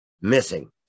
missing